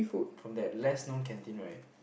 from that less known canteen right